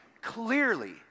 clearly